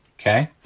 okay?